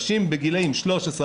צעירים בגילאי 13,